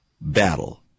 battle